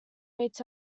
meets